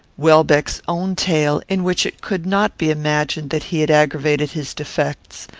welbeck's own tale, in which it could not be imagined that he had aggravated his defects,